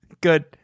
Good